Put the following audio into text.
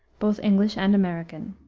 both english and american.